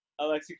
Alexi